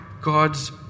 God's